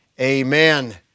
Amen